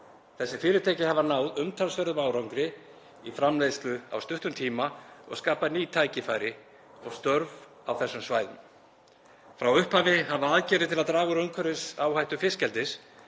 Þessi fyrirtæki hafa náð umtalsverðum árangri í framleiðslu á stuttum tíma og skapað ný tækifæri og störf á þessum svæðum. Frá upphafi hafa aðgerðir til að draga úr umhverfisáhættu fiskeldis